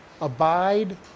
abide